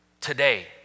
Today